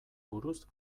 buruz